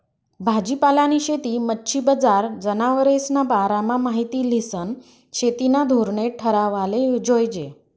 भाजीपालानी शेती, मच्छी बजार, जनावरेस्ना बारामा माहिती ल्हिसन शेतीना धोरणे ठरावाले जोयजे